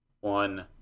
one